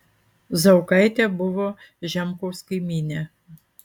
zaukaitė buvo žemkaus kaimynė